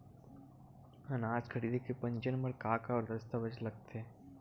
अनाज खरीदे के पंजीयन बर का का दस्तावेज लगथे?